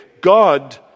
God